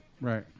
Right